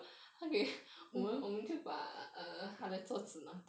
mm